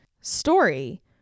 story